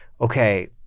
okay